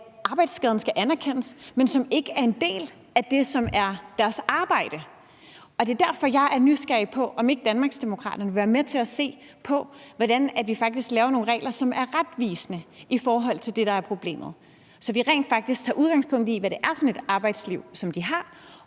arbejdsskade skal anerkendes, som ikke er en del af det, som er deres arbejde. Det er derfor, jeg er nysgerrig på, om ikke Danmarksdemokraterne vil være med til at se på, hvordan vi faktisk laver nogle regler, som er retvisende i forhold til det, der er problemet, så vi rent faktisk tager udgangspunkt i, hvad det er for et arbejdsliv, som vi har,